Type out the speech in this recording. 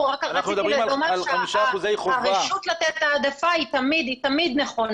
רק רציתי לומר שהרשות לתת העדפה היא תמיד נכונה,